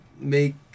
make